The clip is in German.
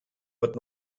wird